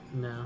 No